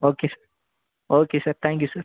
okay sir okay sir thank you sir